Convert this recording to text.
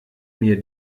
mir